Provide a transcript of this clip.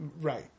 Right